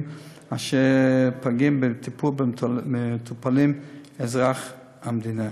אשר פוגעים בטיפול במטופלים אזרחי המדינה.